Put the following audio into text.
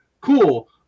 cool